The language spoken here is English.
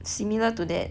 similar to that